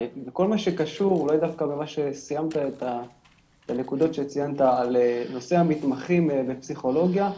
ציינת את נושא המתמחים בפסיכולוגיה,